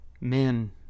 men